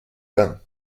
bains